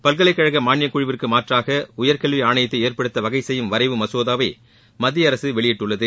பல்கலைக்கழக மாளியக்குழுவிற்கு மாற்றாக உயர்கல்வி ஆணையத்தை ஏற்படுத்த வகைசெய்யும் வரைவு மசோதாவை மத்தியஅரசு வெளியிட்டுள்ளது